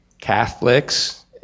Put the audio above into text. Catholics